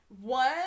One